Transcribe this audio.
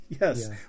Yes